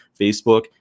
Facebook